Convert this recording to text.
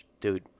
dude